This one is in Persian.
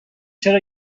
چرا